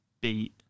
beat